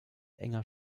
enger